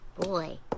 Boy